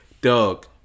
Doug